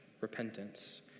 repentance